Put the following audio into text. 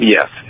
Yes